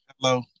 Hello